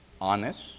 honest